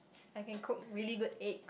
I can cook really good egg